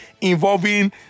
involving